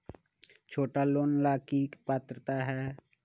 छोटा लोन ला की पात्रता है?